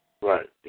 Right